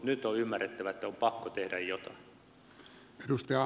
nyt ymmärrettävä että on pakko tehdä jotain